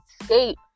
escape